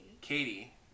Katie